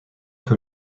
que